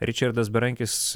ričardas berankis